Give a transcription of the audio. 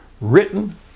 written